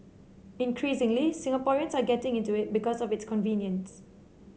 increasingly Singaporeans are getting into it because of its convenience